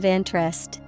Interest